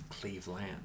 Cleveland